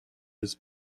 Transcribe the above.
his